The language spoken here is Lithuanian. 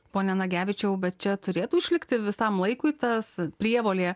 pone nagevičiau bet čia turėtų išlikti visam laikui tas prievolė